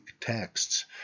texts